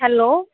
hello